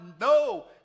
no